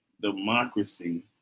democracy